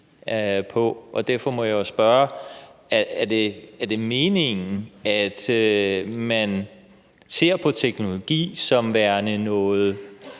Og derfor må jeg jo spørge: Er det meningen, at man ser på teknologi som værende noget,